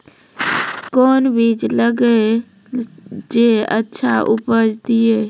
कोंन बीज लगैय जे अच्छा उपज दिये?